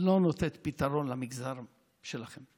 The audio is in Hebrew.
לא נותנת פתרון למגזר שלכם.